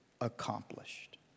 accomplished